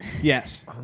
Yes